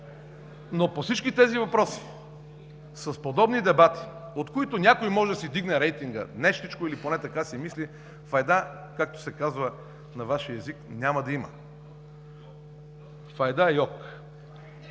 но по всички тези въпроси с подобни дебати, от които някой може да си вдигне рейтинга, нещичко или поне така си мисли, файда, както се казва на Вашия език, няма да има. (Реплика: